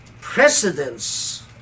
precedence